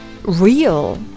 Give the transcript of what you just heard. real